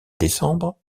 décembre